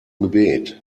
gebet